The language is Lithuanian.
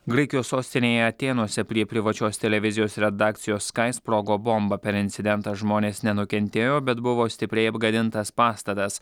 graikijos sostinėje atėnuose prie privačios televizijos redakcijos skai sprogo bomba per incidentą žmonės nenukentėjo bet buvo stipriai apgadintas pastatas